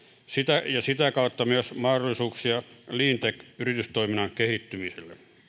ja sitä kautta myös mahdollisuuksia cleantech yritystoiminnan kehittymiselle